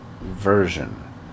version